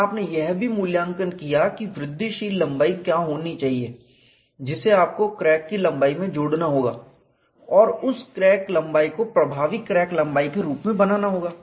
और आपने यह भी मूल्यांकन किया कि वृद्धिशील लंबाई क्या होनी चाहिए जिसे आपको क्रैक की लंबाई में जोड़ना होगा और उस क्रैक लंबाई को प्रभावी क्रैक लंबाई के रूप में बनाना होगा